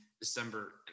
December